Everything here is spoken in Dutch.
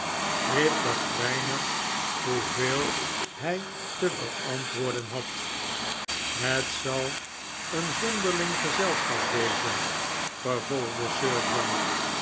grip dacht weinig hoeveel hij te verantwoorden had het zal een zonderling gezelschap wezen vefvolgde sir john